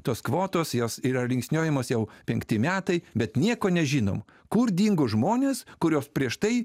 tos kvotos jos yra linksniuojamos jau penkti metai bet nieko nežinom kur dingo žmonės kuriuos prieš tai